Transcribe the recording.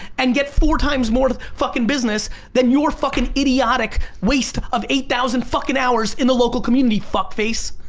and get four times more fucking business than your fucking idiotic waste of eight thousand fucking hours in the local community fuck face.